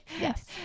Yes